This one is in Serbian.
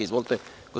Izvolite.